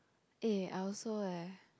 eh I also eh